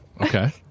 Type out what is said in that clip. Okay